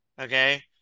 okay